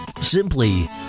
Simply